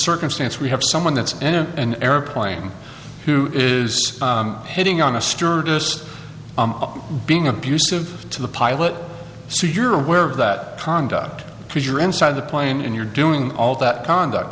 circumstance we have someone that's in an airplane who is hitting on a stewardess being abusive to the pilot so you're aware of that conduct because you're inside the plane and you're doing all that conduct